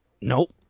Nope